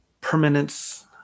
permanence